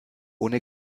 ohne